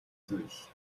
зүйл